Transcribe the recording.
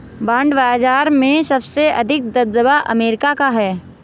bond बाजार में सबसे अधिक दबदबा अमेरिका का है